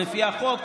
לפי החוק,